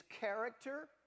character